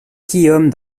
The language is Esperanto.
kiom